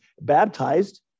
baptized